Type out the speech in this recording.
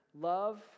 love